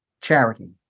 charity